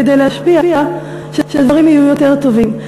כדי להשפיע שהדברים יהיו יותר טובים.